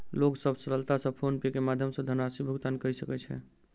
लोक सभ सरलता सॅ फ़ोन पे के माध्यम सॅ धनराशि भुगतान कय सकै छै